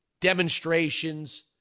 demonstrations